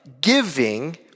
giving